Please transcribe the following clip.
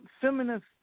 feminist